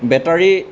battery